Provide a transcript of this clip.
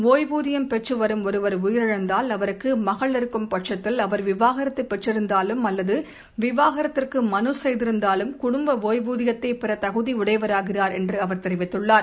ஒய்வூதியம் பெற்று வரும் ஒருவர் உயிரிழந்தால் அவருக்கு மகள் இருக்கும் பட்சத்தில் அவர் விவாகரத்து பெற்றிருந்தாலும் அல்லது விவாகரத்துக்கு மனு செய்திருந்தாலும் குடும்ப ஒய்வூதியத்தைப் பெற தகுதி உடையவராகிறார் என்று அவர் தெரிவித்துள்ளார்